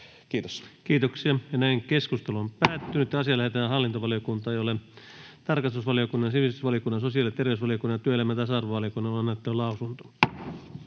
4. asia. Puhemiesneuvosto ehdottaa, että asia lähetetään hallintovaliokuntaan, jolle tarkastusvaliokunnan, sivistysvaliokunnan, sosiaali- ja terveysvaliokunnan ja työelämä- ja tasa-arvovaliokunnan on annettava lausunto.